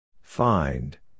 Find